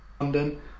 London